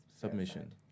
submission